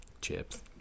Chips